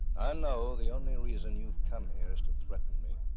i know the only reason you come here. is to threaten me.